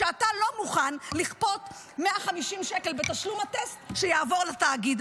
שאתה לא מוכן לכפות 150 שקל בתשלום הטסט שיעבור לתאגיד.